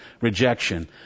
rejection